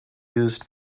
used